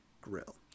grill